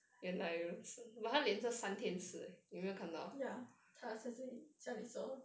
ya 她好像在家里做